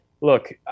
look